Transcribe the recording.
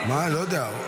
אני לא יודע.